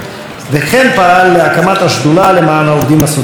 וכן פעל להקמת השדולה למען העובדים הסוציאליים.